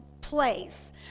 place